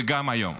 וגם היום.